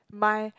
my